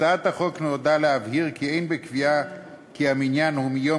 הצעת החוק נועדה להבהיר כי אין בקביעה כי המניין הוא מיום